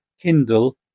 Kindle